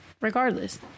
regardless